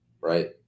right